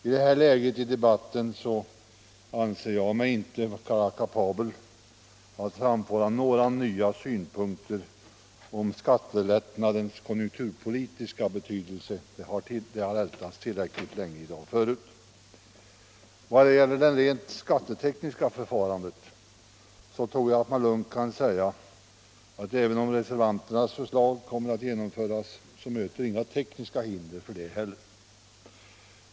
I det här läget i debatten anser jag mig inte vara kapabel att framföra några nya synpunkter på skattelättnadens konjunkturpolitiska betydelse. Den har ältats tillräckligt länge förut i dag. Vad gäller det rent skattetekniska förfarandet tror jag lugnt att man kan säga att även om reservanternas förslag kommer att genomföras så möter inte heller det några tekniska hinder.